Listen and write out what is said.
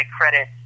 credit